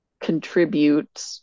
contribute